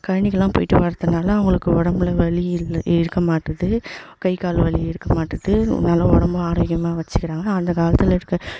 கழனிக்குலாம் போய்ட்டு வரதுனால அவங்களுக்கு உடம்புல வலி இல் இருக்கமாட்டேது கை கால் வலி இருக்கமாட்டேது உண்மையாலும் உடம்பும் ஆரோக்கியமாக வச்சுக்கறாங்க அந்த காலத்தில் இருக்கற